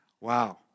Wow